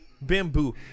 Bamboo